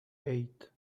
eight